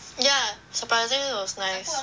yeah surprisingly it was nice